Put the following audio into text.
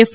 F